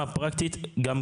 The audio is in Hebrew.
לא התפקיד שלכם,